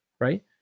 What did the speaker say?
right